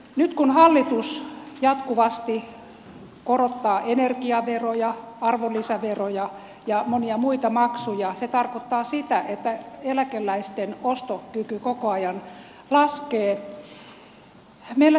nyt kun hallitus jatkuvasti korottaa energiaveroja arvonlisäveroja ja monia muita maksuja se tarkoittaa sitä että eläkeläisten ostokyky koko ajan laskee